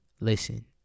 Listen